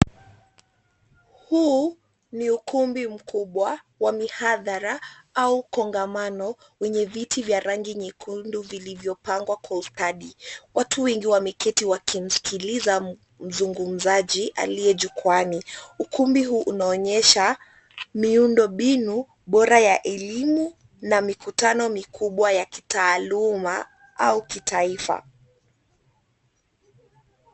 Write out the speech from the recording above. Huu ni ukumbi mkubwa wa mihadhara au kongamano wenye viti vya rangi nyekundu vilivyopangwa kwa ustadi. Watu wengi wameketi wakimskiliza mzungumzaji aliye jukwaani. Ukumbi huu unaonyesha miundo mbinu bora ya elimu na mikutano mikubwa ya kitaaluma au kitaifa.